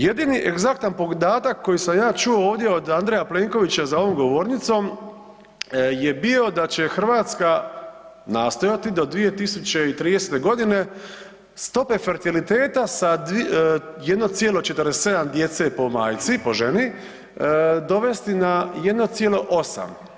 Jedini egzaktan podatak koji sam ja čuo ovdje od Andreja Plenkovića za ovom govornicom je bio da će Hrvatska nastojati do 2030. godine stope fertiliteta sa 1,47 djece po majci, po ženi dovesti na 1,8.